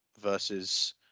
versus